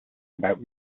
about